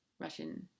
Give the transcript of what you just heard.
Russian